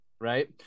Right